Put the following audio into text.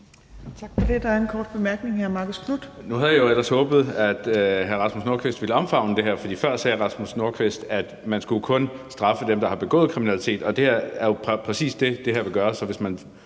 Tak for det. Der er en kort bemærkning.